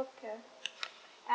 okay